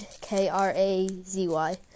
K-R-A-Z-Y